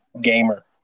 Gamer